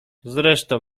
zresztą